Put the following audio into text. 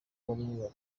bamwe